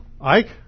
Ike